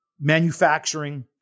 manufacturing